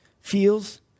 Feels